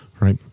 Right